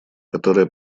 которое